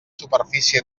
superfície